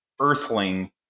Earthling